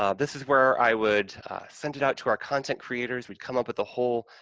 um this is where i would send it out to our content creators, we'd come up with a whole,